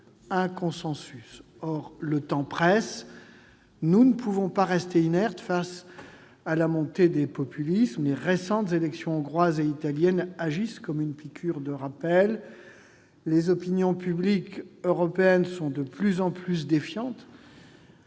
un consensus ? Or le temps presse. Nous ne pouvons pas rester inertes devant la montée des populismes. Les récentes élections hongroises et italiennes agissent comme une piqûre de rappel. Les opinions publiques européennes sont de plus en plus défiantes